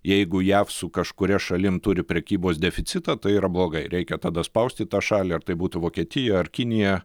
jeigu jav su kažkuria šalim turi prekybos deficitą tai yra blogai reikia tada spausti tą šalį ar tai būtų vokietija ar kinija